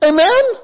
Amen